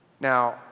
Now